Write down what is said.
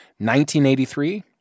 1983